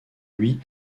lui